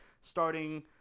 starting